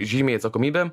žymiai atsakomybė